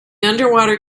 underwater